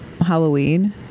Halloween